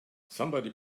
somebody